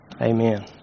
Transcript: amen